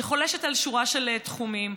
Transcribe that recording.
שחולשת על שורה של תחומים: